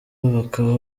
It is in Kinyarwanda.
bakaba